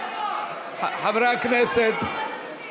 אני אשמח מאוד לשמוע את תשובתך על השאלות האלה.